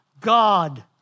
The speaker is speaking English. God